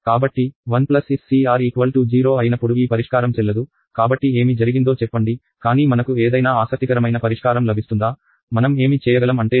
కాబట్టి 1 SCR 0 అయినప్పుడు ఈ పరిష్కారం చెల్లదు కాబట్టి ఏమి జరిగిందో చెప్పండి కానీ మనకు ఏదైనా ఆసక్తికరమైన పరిష్కారం లభిస్తుందా మనం ఏమి చేయగలం అంటే lim 1SCR0 గా పరిగణించండి